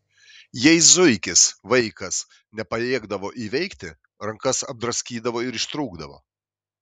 jei zuikis vaikas nepajėgdavo įveikti rankas apdraskydavo ir ištrūkdavo